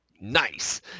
nice